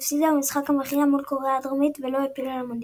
אך הפסידה במשחק המכריע מול קוריאה הדרומית ולא העפילה למונדיאל.